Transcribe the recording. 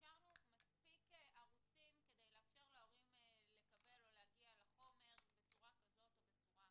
אפשרנו מספיק ערוצים כדי לאפשר להורים להגיע לחומר בצורה זו או אחרת.